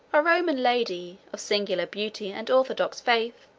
a roman lady, of singular beauty and orthodox faith,